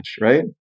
right